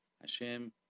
Hashem